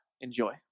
Enjoy